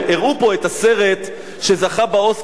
הראו פה את הסרט שזכה בפרס אוסקר,